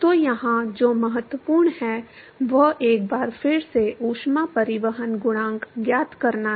तो यहाँ जो महत्वपूर्ण है वह एक बार फिर से ऊष्मा परिवहन गुणांक ज्ञात करना है